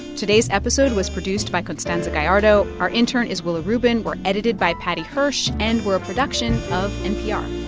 today's episode was produced by constanza gallardo. our intern is willa rubin. we're edited by paddy hirsch, and we're a production of npr